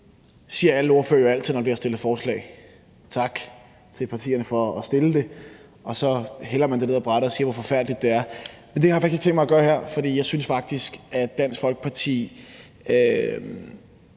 siger alle ordførere altid, når der er fremsat et forslag, altså tak til partierne for at fremsætte det, og så hælder man det bagefter ned ad brættet og siger, hvor forfærdeligt det er. Men det har jeg faktisk ikke tænkt mig at gøre her, for jeg synes faktisk, at Dansk Folkeparti